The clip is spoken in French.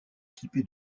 équipé